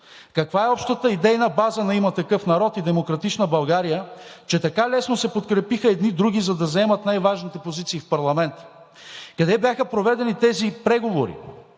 каква е общата идейна база на „Има такъв народ“ и „Демократична България“, че така лесно се подкрепиха едни други, за да заемат най-важните позиции в парламента; къде бяха проведени тези преговори;